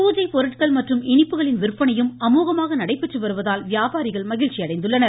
பூஜை பொருட்கள் மற்றும் இனிப்புகளின் விந்பனையும் அமோகமாக நடைபெற்று வருவதால் வியாபாரிகள் மகிழ்ச்சியடைந்துள்ளனர்